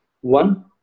One